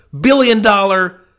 billion-dollar